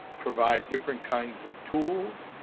provide different kinds of tools,